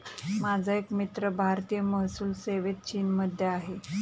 माझा एक मित्र भारतीय महसूल सेवेत चीनमध्ये आहे